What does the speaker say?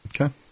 Okay